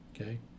Okay